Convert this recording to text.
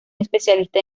especialista